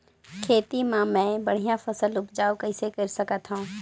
खेती म मै बढ़िया फसल उपजाऊ कइसे कर सकत थव?